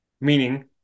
meaning